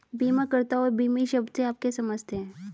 बीमाकर्ता और बीमित शब्द से आप क्या समझते हैं?